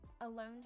alone